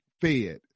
fed